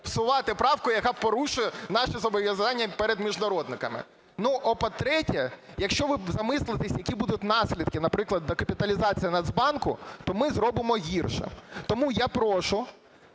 всувати правку, яка порушує наші зобов'язання перед міжнародниками. По-третє, якщо ви замислитесь, які будуть наслідки, наприклад, докапіталізація Нацбанку, то ми зробимо гірше. Тому я прошу,